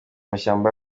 mashyamba